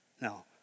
No